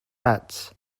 bats